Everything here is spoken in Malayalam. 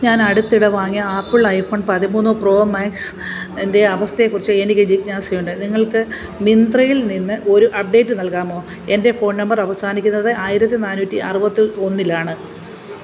ഞാൻ അടുത്തിടെ വാങ്ങിയ ആപ്പിൾ ഐഫോൺ പതിമൂന്ന് പ്രോ മാക്സ് ൻ്റെ അവസ്ഥയെക്കുറിച്ച് എനിക്ക് ജിജ്ഞാസയുണ്ട് നിങ്ങൾക്ക് മിന്ത്രയിൽ നിന്ന് ഒരു അപ്ഡേറ്റ് നൽകാമോ എൻ്റെ ഫോൺ നമ്പർ അവസാനിക്കുന്നത് ആയിരത്തി നാനൂറ്റി അറുപത്തി ഒന്നിലാണ്